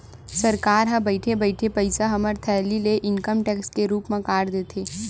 सरकार ह बइठे बइठे पइसा हमर थैली ले इनकम टेक्स के रुप म काट देथे